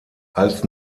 als